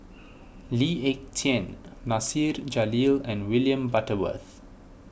Lee Ek Tieng Nasir Jalil and William Butterworth